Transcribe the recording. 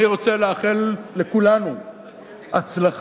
אני רוצה לאחל לכולנו הצלחה